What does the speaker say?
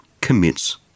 commits